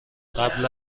قبل